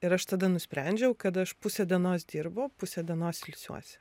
ir aš tada nusprendžiau kad aš pusę dienos dirbu pusę dienos ilsiuosi